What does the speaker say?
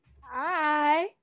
Hi